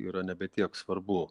yra nebe tiek svarbu